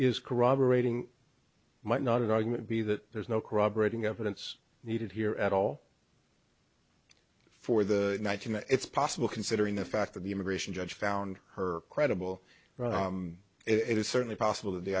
is corroborating might not an argument be that there's no corroborating evidence needed here at all for the nineteen it's possible considering the fact that the immigration judge found her credible it is certainly possible that the